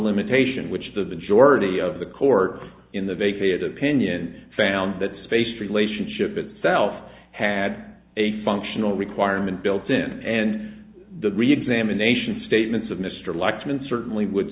limitation which the majority of the cork in the vacated opinion found that space relationship itself had a functional requirement built in and the reexamination statements of mr laxman certainly would